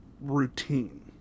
routine